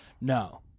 No